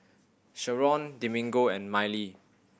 Sheron Domingo and Mylee